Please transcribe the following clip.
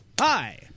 Hi